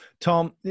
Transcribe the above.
Tom